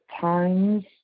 times